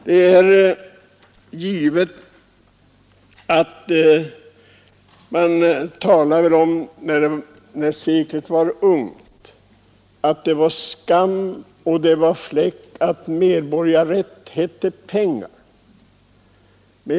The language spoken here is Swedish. När seklet var ungt talades det om att det var skam och en fläck på Sveriges baner att medborgarrätt hette pengar.